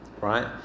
Right